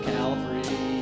Calvary